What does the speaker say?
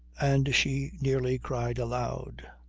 and she nearly cried aloud.